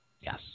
Yes